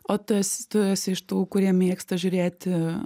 o tu esi tu esi iš tų kurie mėgsta žiūrėti